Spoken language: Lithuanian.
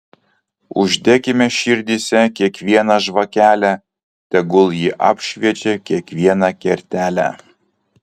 uždekime širdyse kiekvieną žvakelę tegul ji apšviečia kiekvieną kertelę